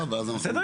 אז --- אני,